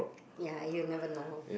ya you never know